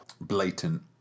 blatant